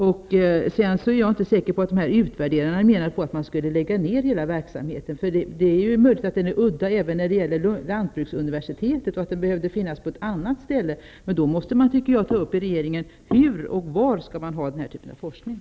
Jag är vidare inte säker på att utvärderarna menade att man borde lägga ned hela verksamheten. Det är möjligt att verksamheten är udda även inom ramen för lantbruksuniversitetet och att den borde ske på ett annat ställe, men då måste man i regeringen ta upp hur den här typen av forskning skall bedrivas och var det skall ske.